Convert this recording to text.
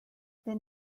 then